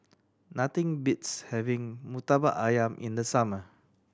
nothing beats having Murtabak Ayam in the summer